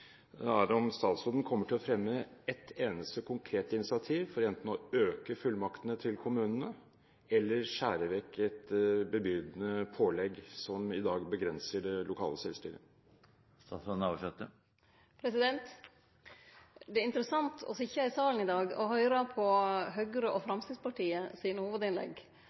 er om statsråden kommer til å fremme ett eneste konkret initiativ for enten å øke fullmaktene til kommunene eller å skjære vekk et bebyrdende pålegg som i dag begrenser det lokale selvstyret. Det er interessant å sitje i salen i dag og høyre på Høgre og Framstegspartiet sine